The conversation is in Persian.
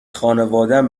خانوادهام